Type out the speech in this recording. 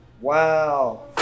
Wow